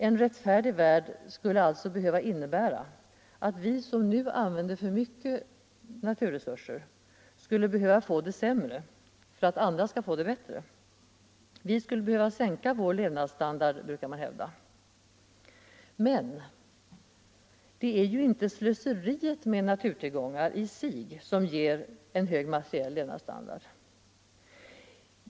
En rättfärdig värld skulle alltså innebära att vi som nu använder för mycket naturresurser skulle få det sämre för att andra skall få det bättre. Vi skulle behöva sänka vår levnadsstandard, brukar man hävda. Men det är inte slöseriet med naturtillgångar i sig som ger en hög materiell levnadsstandard.